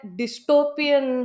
dystopian